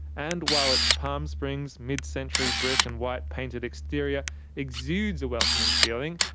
and while its palm springs mid-century brick and white painted exterior exudes a welcoming feeling.